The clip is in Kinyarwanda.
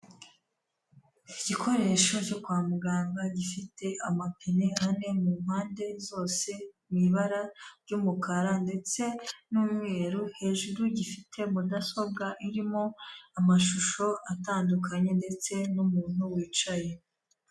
Igikoresho cyo kwa muganga gifite amapine ane mu mpande zose mu ibara ry'umukara ndetse n'umweru, hejuru gifite mudasobwa irimo amashusho atandukanye ndetse n'umuntu wicaye.